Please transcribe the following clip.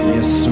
Yes